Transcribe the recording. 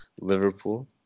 Liverpool